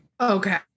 Okay